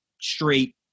straight